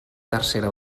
tercera